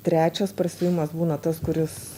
trečias persiuvimas būna tas kuris